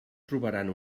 trobaran